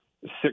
Six